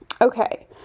Okay